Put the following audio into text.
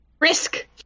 Risk